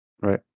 Right